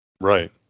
right